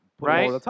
Right